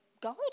God